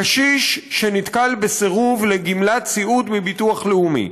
קשיש שנתקל בסירוב לגמלת סיעוד מביטוח לאומי.